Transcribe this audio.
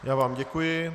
Já vám děkuji.